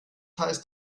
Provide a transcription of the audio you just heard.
heißt